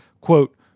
quote